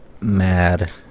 mad